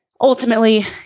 Ultimately